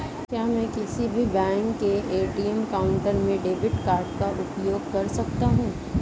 क्या मैं किसी भी बैंक के ए.टी.एम काउंटर में डेबिट कार्ड का उपयोग कर सकता हूं?